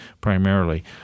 Primarily